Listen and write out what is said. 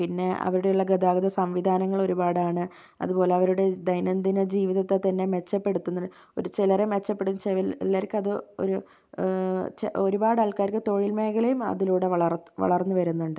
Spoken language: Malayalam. പിന്നെ അവിടെയുള്ള ഗതാഗത സംവിധാനങ്ങൾ ഒരുപാടാണ് അതുപോലെ അവരുടെ ദൈനംദിന ജീവിതത്തെ തന്നെ മെച്ചപ്പെടുത്തുന്നത് ഒരു ചിലരെ മെച്ചപ്പെടും ചിലർക്കത് ഒരു ഒരുപാടാൾക്കാർക്ക് തൊഴിൽ മേഖലയും അതിലൂടെ വളർ വളർന്നു വരുന്നുണ്ട്